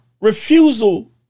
refusal